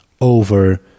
over